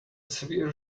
severe